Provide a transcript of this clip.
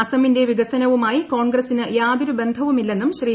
അസമിന്റെ വികസനവുമായി കോൺഗ്രസിന് യാതൊരു ബന്ധവുമില്ലെന്നും ശ്രീ